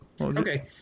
Okay